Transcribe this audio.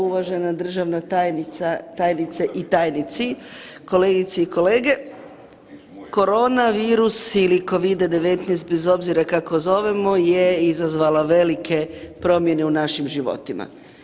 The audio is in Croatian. Uvažena državna tajnice i tajnici, kolegice i kolege korona virus ili Covida-19 bez obzira kako zovemo je izazvala velike promjene u našim životima.